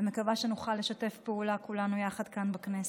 ואני מקווה שנוכל לשתף פעולה כולנו יחד כאן בכנסת.